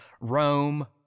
Rome